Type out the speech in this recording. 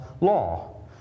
law